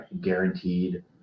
guaranteed